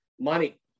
Money